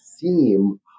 theme